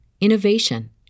innovation